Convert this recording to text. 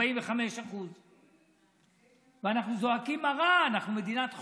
45%. ואנחנו זועקים מרה: אנחנו מדינת חוק,